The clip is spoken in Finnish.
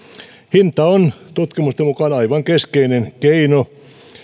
hinta on tutkimusten mukaan aivan keskeinen keino